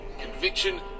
conviction